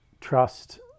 trust